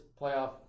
playoff